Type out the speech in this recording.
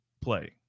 play